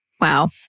Wow